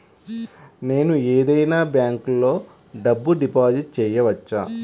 నేను ఏదైనా బ్యాంక్లో డబ్బు డిపాజిట్ చేయవచ్చా?